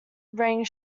rang